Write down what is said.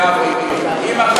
לרב עיר?